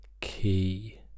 key